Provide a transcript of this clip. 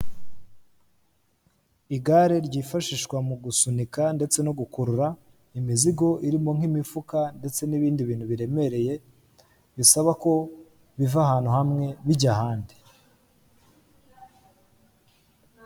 Igare ryifashishwa mu gusunika ndetse no gukurura imizigo irimo nk'imifuka ndetse n'ibindi bintu biremereye bisaba ko biva ahantu hamwe bijya ahandi.